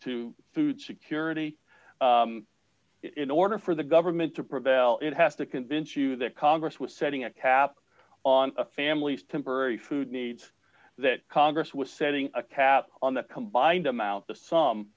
to food security in order for the government to prevail it has to convince you that congress was setting a cap on a family's temporary food needs that congress was setting a cap on the combined amount the sum